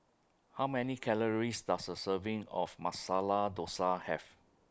How Many Calories Does A Serving of Masala Dosa Have